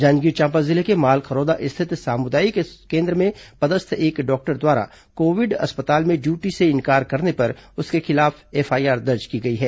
जांजगीर चांपा जिले के मालखरौदा स्थित सामुदायिक केन्द्र में पदस्थ एक डॉक्टर द्वारा कोविड अस्पताल में ड्यूटी से इंकार करने पर उसके खिलाफं एफआईआर दर्ज की गई है